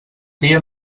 dia